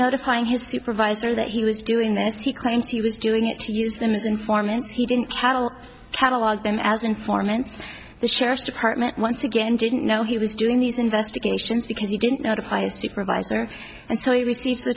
notifying his supervisor that he was doing this he claims he was doing it to use them as informants he didn't cattle catalog them as informants the sheriff's department once again didn't know he was doing these investigations because he didn't notify supervisor and so he